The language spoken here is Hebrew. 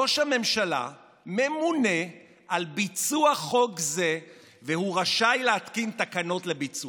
ראש הממשלה ממונה על ביצוע חוק זה והוא רשאי להתקין תקנות לביצוע.